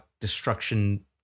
destruction